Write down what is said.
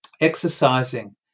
exercising